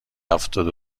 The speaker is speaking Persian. هفتاد